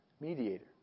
mediator